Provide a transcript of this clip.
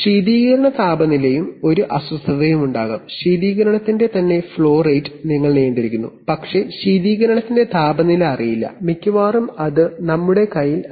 ശീതീകരണ താപനിലയിലും ഒരു അസ്വസ്ഥതയുണ്ടാകാം ശീതീകരണത്തിന്റെ തന്നെ ഫ്ലോ റേറ്റ് നിങ്ങൾ നിയന്ത്രിക്കുന്നു പക്ഷേ ശീതീകരണത്തിന്റെ താപനില അറിയില്ല മിക്കവാറും അത് ഞങ്ങളുടെ കയ്യിൽ ഇല്ല